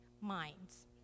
minds